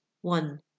one